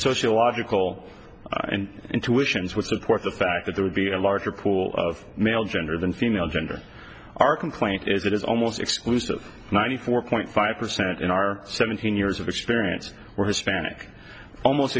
social logical and intuitions would support the fact that there would be a larger pool of male gender than female gender our complaint is that it's almost exclusive ninety four point five percent in our seventeen years of experience where hispanic almost